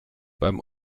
beim